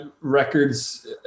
Records